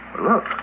Look